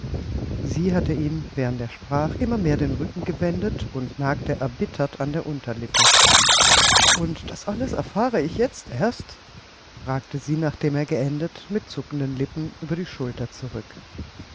sie hatte ihm während er sprach immer mehr den rücken gewendet und nagte erbittert an der unterlippe und das alles erfahre ich jetzt erst fragte sie nachdem er geendet mit zuckenden lippen über die schulter zurück